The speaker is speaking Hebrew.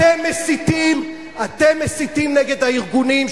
אתם מסיתים נגד הארגונים,